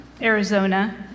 Arizona